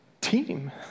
team